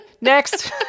Next